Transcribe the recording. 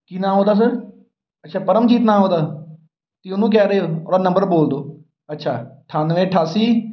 ਕੀ ਨਾਮ ਉਹਦਾ ਸਰ ਅੱਛਾ ਪਰਮਜੀਤ ਨਾਂ ਉਹਦਾ ਕੀ ਉਹਨੂੰ ਕਹਿ ਰਹੇ ਔਰ ਨੰਬਰ ਬੋਲ ਦਿਉ ਅੱਛਾ ਅਠਾਨਵੇਂ ਅਠਾਸੀ